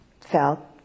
felt